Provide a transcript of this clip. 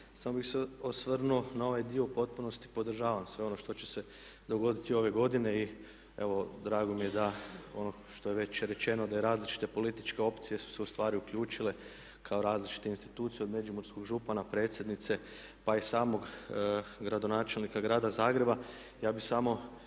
samo bih se osvrnuo na ovaj dio. U potpunosti podržavam sve ono što će se dogoditi ove godine i evo drago mi je da ono što je već rečeno da različite političke opcije su se u stvari uključile kao različite institucije od međimurskog župana, predsjednice, pa i samog gradonačelnika grada Zagreba. Ja bih samo